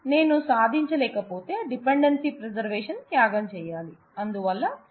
నేను సాధించలేకపోతే dependency preservation త్యాగం చేయాలి